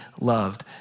loved